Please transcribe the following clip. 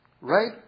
Right